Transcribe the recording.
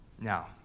Now